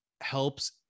helps